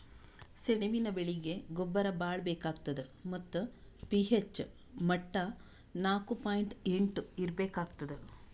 ಸೆಣಬಿನ ಬೆಳೀಗಿ ಗೊಬ್ಬರ ಭಾಳ್ ಬೇಕಾತದ್ ಮತ್ತ್ ಪಿ.ಹೆಚ್ ಮಟ್ಟಾ ನಾಕು ಪಾಯಿಂಟ್ ಎಂಟು ಇರ್ಬೇಕಾಗ್ತದ